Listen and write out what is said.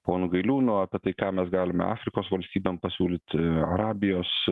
ponu gailiūnu apie tai ką mes galime afrikos valstybėm pasiūlyti arabijos